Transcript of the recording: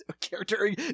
character